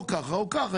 או כך או כך.